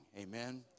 Amen